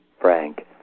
Frank